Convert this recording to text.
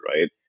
right